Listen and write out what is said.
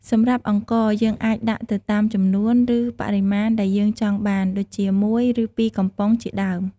សម្រាប់អង្ករ យើងអាចដាក់ទៅតាមចំនួន ឬ បរិមាណដែលយើងចង់បាន ដូចជា ១ ឬ ២ កំប៉ុងជាដើម។